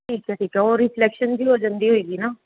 ਠੀਕ ਹੈ ਠੀਕ ਹੈ ਉਹ ਰੀਫਲੈਕਸ਼ਨ ਜਿਹੀ ਹੋ ਜਾਂਦੀ ਹੋਏਗੀ ਨਾ